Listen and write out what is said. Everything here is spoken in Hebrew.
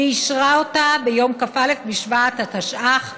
ואישרה אותה ביום כ"א בשבט התשע"ח,